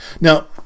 Now